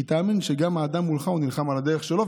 כי תאמין שגם האדם מולך נלחם על הדרך שלו.